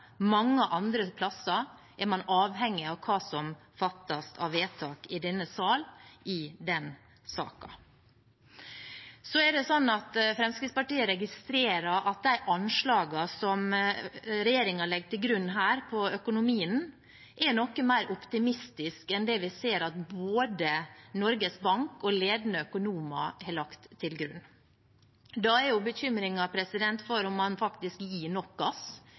mange andre steder er man avhengig av hva som fattes av vedtak i denne sal i den saken. Fremskrittspartiet registrerer at de anslagene som regjeringen legger til grunn her for økonomien, er noe mer optimistiske enn det vi ser at både Norges Bank og ledende økonomer har lagt til grunn. Da er bekymringen om man faktisk gir nok gass